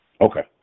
Okay